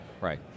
Right